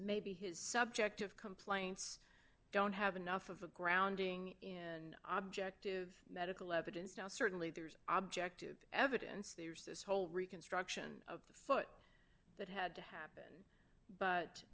maybe his subjective complaints don't have enough of a grounding in object of medical evidence now certainly there's objectivity evidence there's this whole reconstruction of the foot that had to happen but